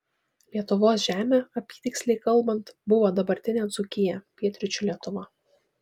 lietuvos žemė apytiksliai kalbant buvo dabartinė dzūkija pietryčių lietuva